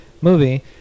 movie